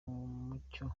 umucyo